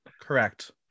correct